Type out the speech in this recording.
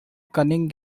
cunning